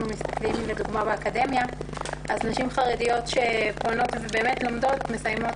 מסתכלים לדוגמה באקדמיה אז נשים חרדיות שלומדות שם,